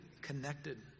connected